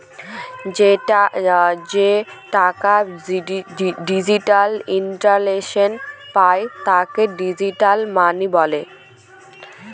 যে টাকা ডিজিটাল ইন্টারনেটে পায় তাকে ডিজিটাল মানি বলে